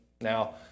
Now